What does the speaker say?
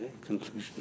conclusion